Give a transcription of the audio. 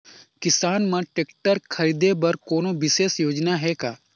किसान मन ल ट्रैक्टर खरीदे बर कोनो विशेष योजना हे का?